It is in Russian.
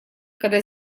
когда